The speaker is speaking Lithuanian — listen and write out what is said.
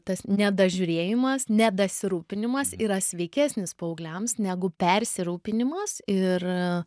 tas nedažiūrėjimas nedasirūpinimas yra sveikesnis paaugliams negu persirūpinimas ir